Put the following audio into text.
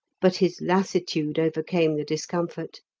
but his lassitude overcame the discomfort,